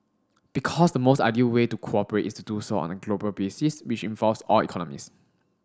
because the most ideal way to cooperate is to do so on a global basis which involves all economies